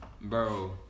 bro